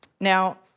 Now